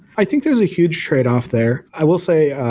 i think there's a huge trade-off there. i will say,